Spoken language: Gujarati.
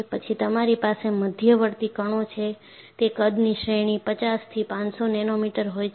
પછી તમારી પાસે મધ્યવર્તી કણો છે તે કદની શ્રેણી 50 થી 500 નેનોમીટર હોય છે